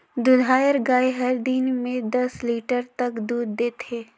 दूधाएर गाय हर दिन में दस लीटर तक दूद देथे